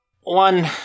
One